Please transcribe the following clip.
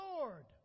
Lord